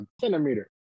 centimeter